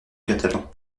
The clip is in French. catalan